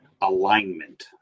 Alignment